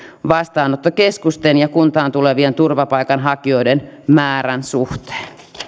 vastaanottokeskusten ja kuntaan tulevien turvapaikanhakijoiden määrän suhteen